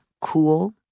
cool